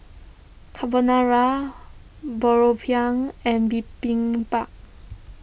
Carbonara and Bibimbap